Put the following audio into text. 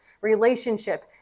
relationship